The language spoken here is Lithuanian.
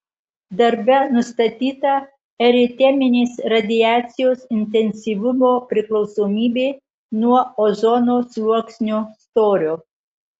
darbe nustatyta eriteminės radiacijos intensyvumo priklausomybė nuo ozono sluoksnio storio